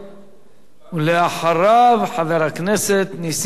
ואחריו, חבר הכנסת נסים זאב, אחרון הדוברים.